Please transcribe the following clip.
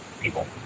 people